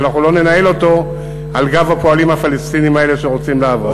אבל אנחנו לא ננהל אותו על גב הפועלים הפלסטינים האלה שרוצים לעבוד,